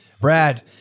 brad